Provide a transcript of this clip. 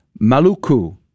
Maluku